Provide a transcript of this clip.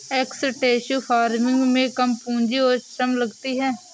extensive farming में कम पूंजी और श्रम लगती है